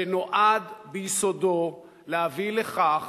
שנועד ביסודו להביא לכך